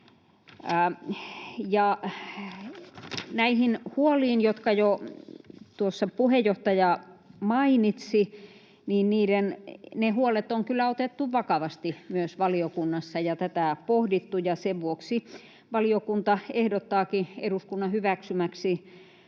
Nämä huolet, jotka tuossa puheenjohtaja jo mainitsi, on kyllä otettu vakavasti myös valiokunnassa ja tätä pohdittu, ja sen vuoksi valiokunta ehdottaakin eduskunnan hyväksyttäväksi